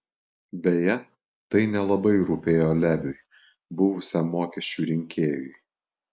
beje tai nelabai rūpėjo leviui buvusiam mokesčių rinkėjui